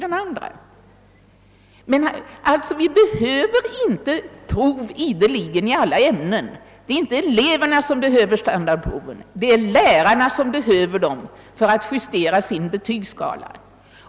Det bör inte ideligen ordnas standardprov i alla ämnen. Det är inte eleverna utan lärarna som behöver sådana prov för att justera sina betygsskalor.